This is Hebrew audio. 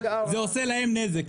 זה עושה להם נזק,